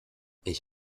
ich